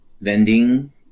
vending